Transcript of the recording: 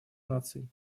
наций